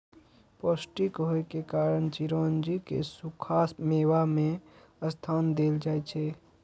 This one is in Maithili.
पौष्टिक होइ के कारण चिरौंजी कें सूखा मेवा मे स्थान देल जाइ छै